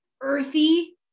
earthy